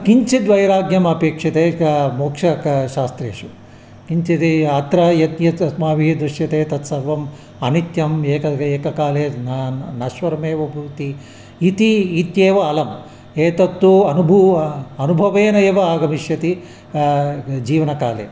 किञ्चिद्वैराग्यमपेक्षते मोक्षं क शास्त्रेषु किञ्चित् अत्र यत् यत् अस्माभिः दृश्यते तत्सर्वम् अनित्यम् एकः एककाले न नश्वरमेव भवति इति इत्येव अलम् एतत्तु अनुबू अनुभवेन एव आगमिष्यति जीवनकाले